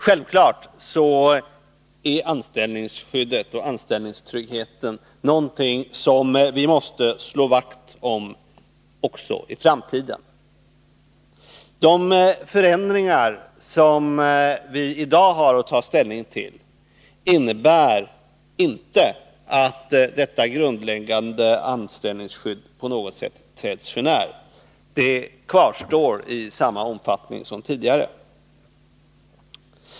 Självfallet är anställningsskyddet och anställningstryggheten någonting som vi måste slå vakt om också i framtiden. De förslag till förändringar som vi i dag har att ta ställning till innebär inte att detta grundläggande anställningsskydd på något sätt träds för när. Det kvarstår i samma omfattning som tidigare.